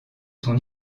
son